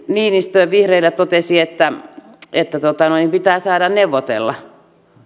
niinistö vihreistä totesi myöskin että työmarkkinaosapuolten pitää saada neuvotella